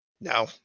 No